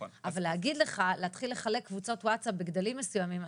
אבל להתחיל לחלק קבוצות ווטסאפ בגדלים מסוימים,